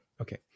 Okay